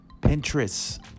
Pinterest